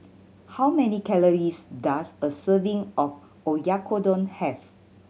how many calories does a serving of Oyakodon have